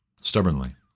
stubbornly